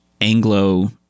anglo